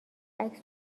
عکس